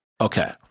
Okay